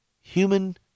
human